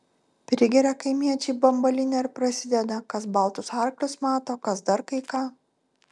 prigeria kaimiečiai bambalinio ir prasideda kas baltus arklius mato kas dar kai ką